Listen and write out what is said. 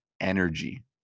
energy